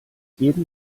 jeden